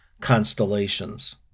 constellations